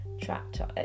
tractor